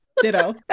Ditto